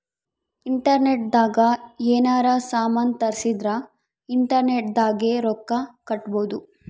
internet ದಾಗ ಯೆನಾರ ಸಾಮನ್ ತರ್ಸಿದರ ಇಂಟರ್ನೆಟ್ ದಾಗೆ ರೊಕ್ಕ ಕಟ್ಬೋದು